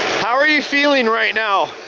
how are you feeling right now?